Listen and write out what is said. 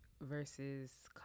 versus